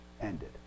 ended